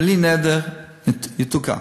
בלי נדר, יתוקן.